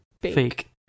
fake